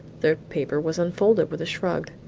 the paper was unfolded with a shrug.